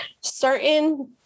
certain